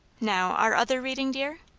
now, our other reading, dear?